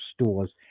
stores